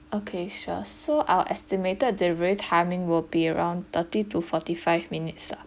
okay sure so our estimated delivery timing will be around thirty to forty five minutes lah